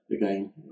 again